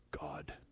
God